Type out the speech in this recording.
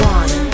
one